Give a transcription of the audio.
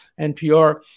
NPR